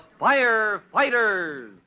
Firefighters